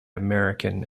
american